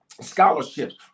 scholarships